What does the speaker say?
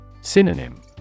Synonym